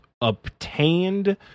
obtained